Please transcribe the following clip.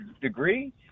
degree –